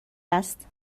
است